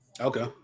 Okay